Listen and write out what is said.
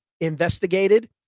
investigated